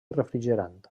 refrigerant